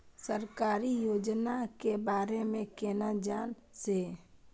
सरकारी योजना के बारे में केना जान से?